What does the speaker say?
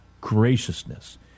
graciousness